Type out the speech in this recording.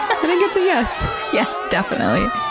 i think it's a yes! yes, definitely.